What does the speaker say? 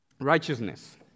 righteousness